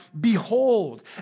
behold